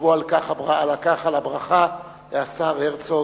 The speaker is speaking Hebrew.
תבוא על כך על הברכה, השר הרצוג.